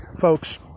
Folks